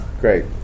Great